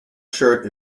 shirt